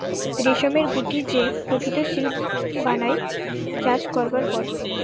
রেশমের গুটি যে প্রকৃত সিল্ক বানায় চাষ করবার পর